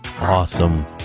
awesome